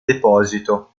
deposito